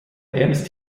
ernst